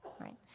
right